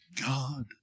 God